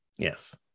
Yes